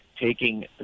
taking